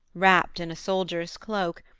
wrapped in a soldier's cloak,